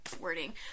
wording